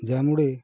ज्यामुळे